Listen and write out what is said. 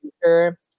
future